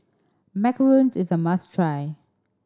macarons is a must try